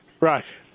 right